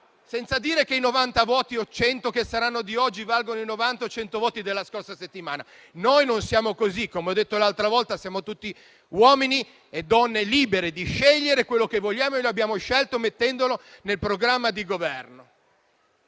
senza dire che i 90 voti o 100 che saranno di oggi valgono i 90 o 100 voti della scorsa settimana. Noi non siamo così. Come ho detto l'altra volta, siamo tutti uomini e donne libere di scegliere quello che vogliamo e lo abbiamo fatto mettendolo nel programma di Governo.